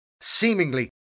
Seemingly